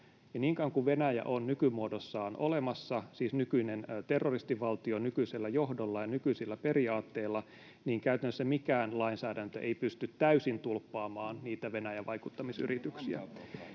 kauan kuin Venäjä on nykymuodossaan olemassa — siis nykyinen terroristivaltio nykyisellä johdolla ja nykyisillä periaatteilla — niin käytännössä mikään lainsäädäntö ei pysty täysin tulppaamaan niitä Venäjän vaikuttamisyrityksiä.